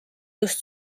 just